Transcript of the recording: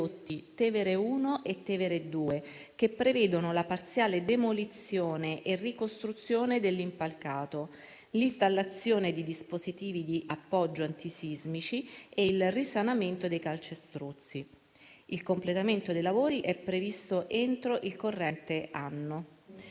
Tevere 1 e Tevere 2, che prevedono la parziale demolizione e ricostruzione dell'impalcato, l'installazione di dispositivi di appoggio antisismici e il risanamento dei calcestruzzi. Il completamento dei lavori è previsto entro il corrente anno.